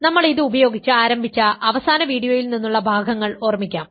അതിനാൽ നമ്മൾ ഇത് ഉപയോഗിച്ച് ആരംഭിച്ച അവസാന വീഡിയോയിൽ നിന്നുള്ള ഭാഗങ്ങൾ ഓർമ്മിക്കാം